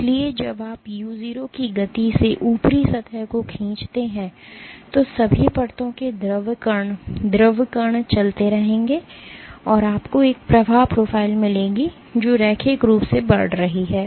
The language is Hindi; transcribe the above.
इसलिए जब आप u0 की गति से ऊपरी सतह को खींचते हैं तो सभी परतों के द्रव कण चलते रहेंगे और आपको एक प्रवाह प्रोफ़ाइल मिलेगी जो रैखिक रूप से बढ़ रही है